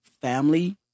family